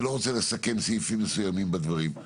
אני לא רוצה לסכם סעיפים מסוימים בדבריי.